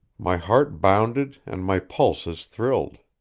my heart bounded and my pulses thrilled.